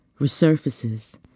resurfaces